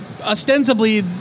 ostensibly